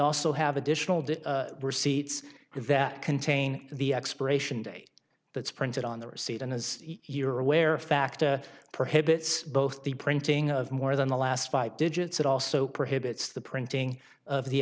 did receipts that contain the expiration date that's printed on the receipt and as you're aware facta prohibits both the printing of more than the last five digits it also prohibits the printing of the